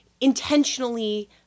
intentionally